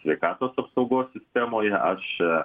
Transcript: sveikatos apsaugos sistemoje aš